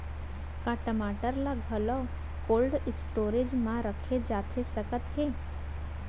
का टमाटर ला घलव कोल्ड स्टोरेज मा रखे जाथे सकत हे?